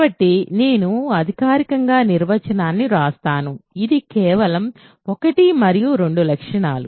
కాబట్టి నేను అధికారికంగా నిర్వచనాన్ని వ్రాస్తాను ఇది కేవలం ఒకటి మరియు రెండు లక్షణాలు